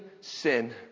sin